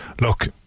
Look